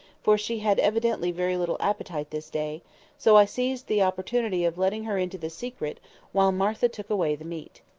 for she had evidently very little appetite this day so i seized the opportunity of letting her into the secret while martha took away the meat.